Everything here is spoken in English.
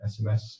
sms